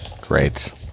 Great